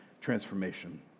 transformation